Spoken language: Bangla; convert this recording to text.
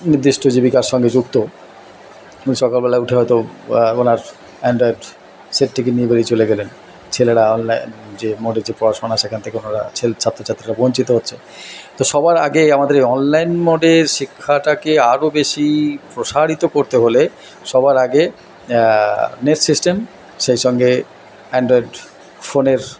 নির্দিষ্ট জীবিকার সঙ্গে যুক্ত উনি সকালবেলা উঠে হয়তো ওনার অ্যান্ড্রয়েড সেটটিকে নিয়ে বেরিয়ে চলে গেলেন ছেলেরা যে মোডে যে পড়াশোনা সেখান থেকে সেই ছাত্র ছাত্রীরা বঞ্চিত হচ্ছে তো সবার আগে আমাদের এই অনলাইন মোডে শিক্ষাটাকে আরও বেশি প্রসারিত করতে হলে সবার আগে নেট সিস্টেম সেই সঙ্গে অ্যান্ড্রয়েড ফোনের